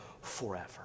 forever